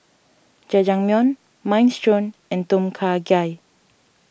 Jajangmyeon Minestrone and Tom Kha Gai